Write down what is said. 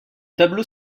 tableau